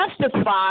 justify